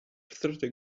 thirty